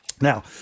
Now